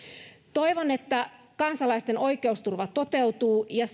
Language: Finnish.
toivon että kansalaisten oikeusturva toteutuu ja